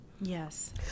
Yes